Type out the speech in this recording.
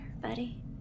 buddy